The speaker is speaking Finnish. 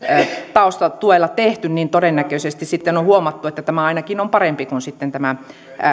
taustatuella tehty niin todennäköisesti sitten on huomattu että tämä ainakin on parempi kuin sitten tämä